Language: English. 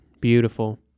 beautiful